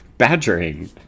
badgering